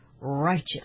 righteous